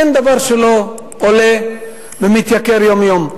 אין דבר שלא עולה ומתייקר, יום-יום.